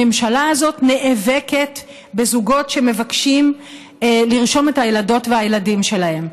הממשלה הזאת נאבקת בזוגות שמבקשים לרשום את הילדות והילדים שלהם.